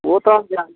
वो तो हम जान